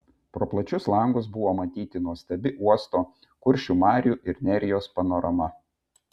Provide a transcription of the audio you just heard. pro plačius langus buvo matyti nuostabi uosto kuršių marių ir nerijos panorama